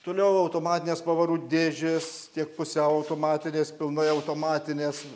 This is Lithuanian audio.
toliau automatinės pavarų dėžės tiek pusiau automatinės pilnai automatinės